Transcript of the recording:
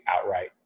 outright